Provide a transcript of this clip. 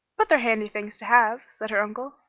but they're handy things to have, said her uncle,